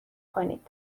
کنید